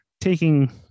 Taking